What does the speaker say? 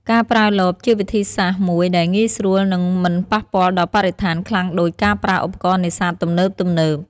ការប្រើលបជាវិធីសាស្ត្រមួយដែលងាយស្រួលនិងមិនប៉ះពាល់ដល់បរិស្ថានខ្លាំងដូច ការប្រើឧបករណ៍នេសាទទំនើបៗ។